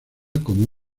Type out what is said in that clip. como